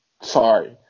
sorry